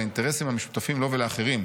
לאינטרסים המשותפים לו ולאחרים: